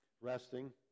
resting